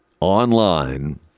online